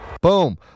Boom